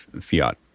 fiat